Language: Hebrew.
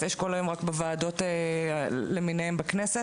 אש כל היום רק בוועדות למיניהן בכנסת.